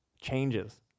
changes